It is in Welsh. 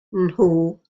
nhw